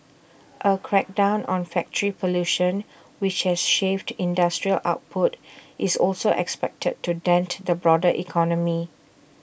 A crackdown on factory pollution which has shaved industrial output is also expected to dent the broader economy